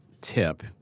tip